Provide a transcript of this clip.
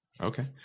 Okay